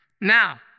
Now